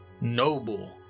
noble